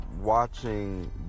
watching